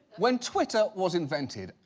when twitter was invented,